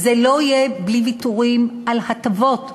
זה לא יהיה בלי ויתורים על הטבות שניתנו,